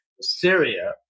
Syria